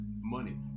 money